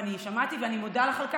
ואני מודה לך על כך.